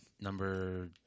number